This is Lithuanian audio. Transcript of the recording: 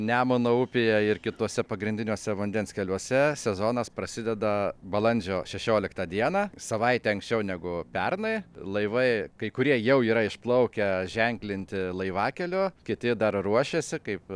nemuno upėje ir kituose pagrindiniuose vandens keliuose sezonas prasideda balandžio šešioliktą dieną savaite anksčiau negu pernai laivai kai kurie jau yra išplaukę ženklinti laivakelio kiti dar ruošiasi kaip